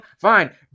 Fine